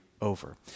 over